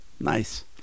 nice